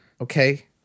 okay